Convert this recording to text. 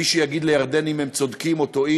מי שיגיד לירדנים אם הם טועים או צודקים